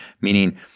meaning